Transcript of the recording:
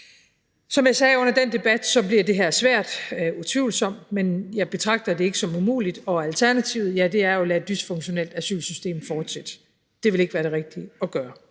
Som jeg sagde under den debat, bliver det her utvivlsomt svært, men jeg betragter det ikke som umuligt. Og alternativet er jo at lade et dysfunktionelt asylsystem fortsætte – det ville ikke være det rigtige at gøre.